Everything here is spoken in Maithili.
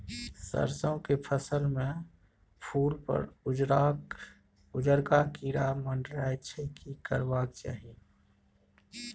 सरसो के फसल में फूल पर उजरका कीरा मंडराय छै की करबाक चाही?